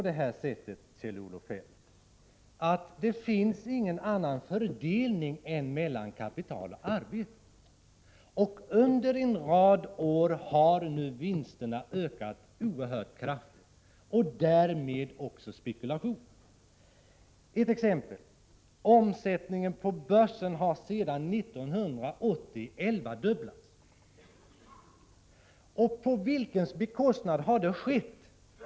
Det finns, Kjell-Olof Feldt, ingen annan fördelning än den mellan kapital och arbete. Under en rad år har vinsterna ökat oerhört kraftigt och därmed också spekulationen. Ett exempel: Omsättningen på börsen har sedan 1980 elvadubblats. På vilkens bekostnad har det skett?